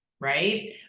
right